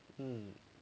um